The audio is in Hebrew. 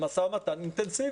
כנסו למשא ומתן אינטנסיבי.